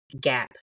gap